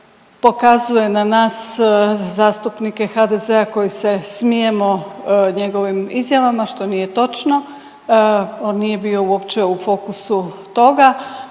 pokazuje na nas zastupnike HDZ-a koji se smijemo njegovim izjavama što nije točno. On nije bio uopće u fokusu toga,